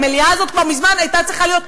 המליאה הזאת כבר מזמן הייתה צריכה להיות בחוץ,